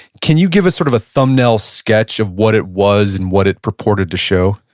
can you give us sort of a thumbnail sketch of what it was and what it purported to show?